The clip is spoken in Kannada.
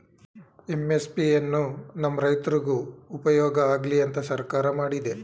ಎಂ.ಎಸ್.ಪಿ ಎನ್ನು ನಮ್ ರೈತ್ರುಗ್ ಉಪ್ಯೋಗ ಆಗ್ಲಿ ಅಂತ ಸರ್ಕಾರ ಮಾಡಿದೆ